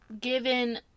given